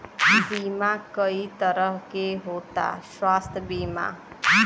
बीमा कई तरह के होता स्वास्थ्य बीमा?